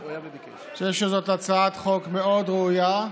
אני חושב שזאת הצעת חוק מאוד ראויה,